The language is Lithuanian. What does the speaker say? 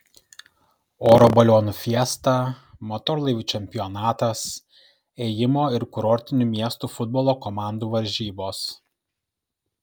oro balionų fiesta motorlaivių čempionatas ėjimo ir kurortinių miestų futbolo komandų varžybos